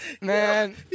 Man